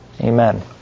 Amen